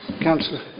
Councillor